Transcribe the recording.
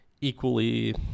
equally